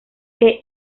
que